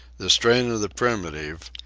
the strain of the primitive,